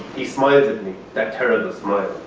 he smiles at me, that terrible smile.